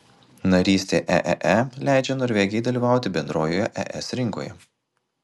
narystė eee leidžia norvegijai dalyvauti bendrojoje es rinkoje